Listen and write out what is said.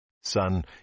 Son